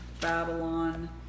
Babylon